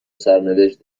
سرنوشت